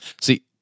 See